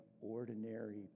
ordinary